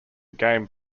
game